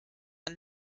ein